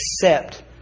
accept